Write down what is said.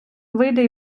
вийде